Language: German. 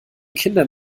kinder